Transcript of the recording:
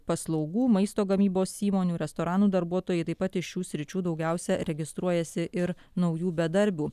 paslaugų maisto gamybos įmonių restoranų darbuotojai taip pat iš šių sričių daugiausia registruojasi ir naujų bedarbių